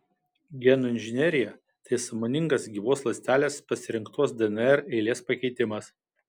genų inžinerija tai sąmoningas gyvos ląstelės pasirinktos dnr eilės pakeitimas